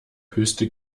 höchste